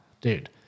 Dude